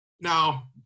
Now